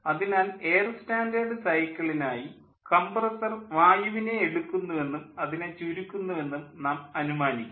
അതിനാൽ air standard സൈക്കിളിനായി compressor വായുവിനെ എടുക്കുന്നുവെന്നും അതിനെ ചുരുക്കുന്നുവെന്നും നാം അനുമാനിക്കും